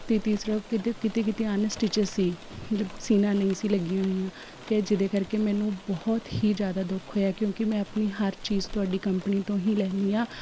ਅਤੇ ਤੀਸਰਾ ਕਿਧਰ ਕਿਤੇ ਕਿਤੇ ਅਨਸਟੀਚ ਮਤਲਬ ਸੀਨਾ ਨਹੀਂ ਸੀ ਲੱਗੀਆਂ ਹੋਈਆਂ ਕਿ ਜਿਹਦੇ ਕਰਕੇ ਮੈਨੂੰ ਬਹੁਤ ਹੀ ਜ਼ਿਆਦਾ ਦੁੱਖ ਹੋਇਆ ਕਿਉਂਕਿ ਮੈਂ ਆਪਣੀ ਹਰ ਚੀਜ਼ ਤੁਹਾਡੀ ਕੰਪਨੀ ਤੋਂ ਹੀ ਲੈਨੀ ਹਾਂ